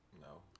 No